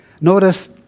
Notice